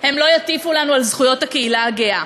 הם לא יטיפו לנו על זכויות הקהילה הגאה.